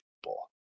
people